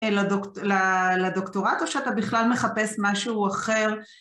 לדוקטורט או שאתה בכלל מחפש משהו אחר.